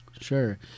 Sure